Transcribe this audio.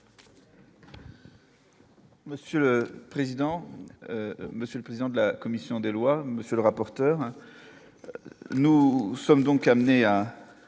Monsieur le président, Monsieur le président de la commission des lois, monsieur le rapporteur, nos sommes donc amenés à